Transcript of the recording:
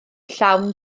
llawn